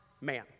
man